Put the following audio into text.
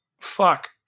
fuck